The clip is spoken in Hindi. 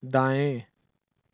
दाएँ